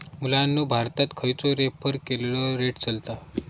मुलांनो भारतात खयचो रेफर केलेलो रेट चलता?